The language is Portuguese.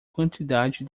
quantidade